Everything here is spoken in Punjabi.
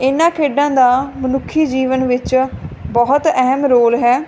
ਇਹਨਾਂ ਖੇਡਾਂ ਦਾ ਮਨੁੱਖੀ ਜੀਵਨ ਵਿੱਚ ਬਹੁਤ ਅਹਿਮ ਰੋਲ ਹੈ